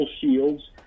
Shields